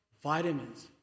vitamins